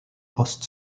post